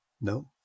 no